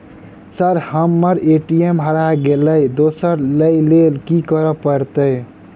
Sir हम्मर ATM हरा गइलए दोसर लईलैल की करऽ परतै?